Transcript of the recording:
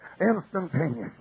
Instantaneously